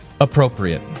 Appropriate